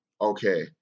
okay